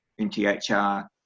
NTHR